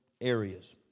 areas